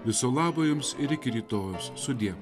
viso labo jums ir iki rytojaus sudie